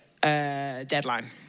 deadline